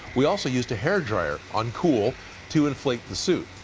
we also used a hair dryer on cool to inflate the suit.